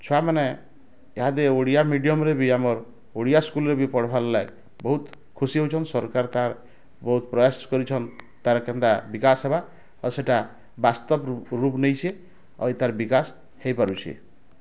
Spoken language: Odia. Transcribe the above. ଛୁଆ ମାନେ ଏହାଦେ ଓଡ଼ିଆ ମିଡ଼ିୟମ୍ରେ ବି ଆମର୍ ଓଡ଼ିଆ ସ୍କୁଲ୍ରେ ବି ପଢ଼୍ବାର୍ ଲା ବହୁତ୍ ଖୁସି ହଉଛନ୍ ସରକାର୍ ତାର୍ ବହୁତ୍ ପ୍ରୟାସ କରିଛନ୍ ତାର୍ କେନ୍ତା ବିକାଶ ହେବା ଆଉ ସେଇଟା ବାସ୍ତବ ରୂପ ନେଇଛେ ଆଉ ତାର୍ ବିକାଶ ହେଇ ପାରୁଛେ